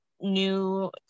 new